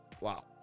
wow